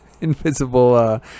invisible